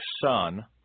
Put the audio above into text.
son